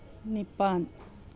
ꯅꯤꯄꯥꯜ